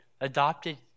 adopted